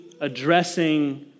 addressing